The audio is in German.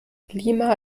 lima